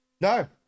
No